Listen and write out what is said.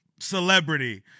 celebrity